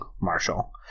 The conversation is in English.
Marshall